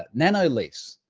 ah nanoleafs.